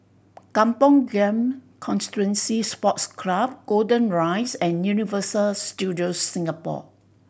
Kampong Glam Constituency Sports Club Golden Rise and Universal Studios Singapore